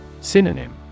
Synonym